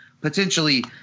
potentially